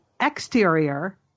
exterior